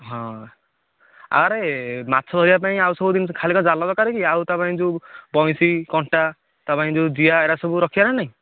ହଁ ଆରେ ମାଛ ଧରିବା ପାଇଁ ଆଉ ସବୁ ଜିନିଷ ଖାଲି କ'ଣ ଜାଲ ଦରକାର କି ଆଉ ତା ପାଇଁ ଯେଉଁ ବନିଶି କଣ୍ଟା ତା ପାଇଁ ଯେଉଁ ଜିଆ ଏଗୁଡା ସବୁ ରଖିବା ନା ନାଇଁ